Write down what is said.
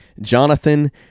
Jonathan